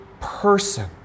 person